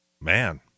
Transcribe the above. Man